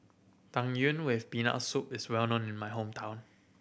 Tang Yuen with Peanut Soup is well known in my hometown